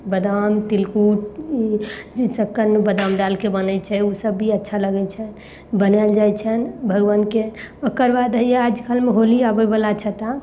बदाम तिलकुट ई चीज सभ कनि बदाम डालिके बनय छै उ सभ भी अच्छा लागय बनाओल जाइ छनि भगवानके ओकर बाद हइए आजकलमे होली आबयवला छथि